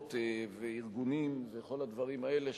חטיבות וארגונים וכל הדברים האלה,